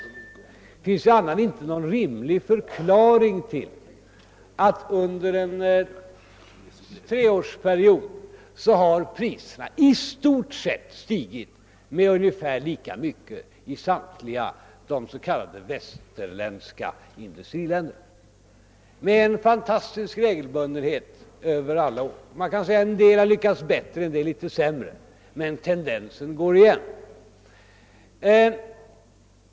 Dei finns annars inte någon rimlig förklaring till att priserna under en treårsperiod har stigit i stort sett lika mycket i samtliga de s.k. västerländska industriländerna, med en fantastisk regelbundenhet över hela linjen. En del har lyckats bättre och en del litet sämre, tendensen går emellertid igen.